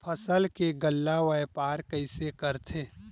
फसल के गल्ला व्यापार कइसे करथे?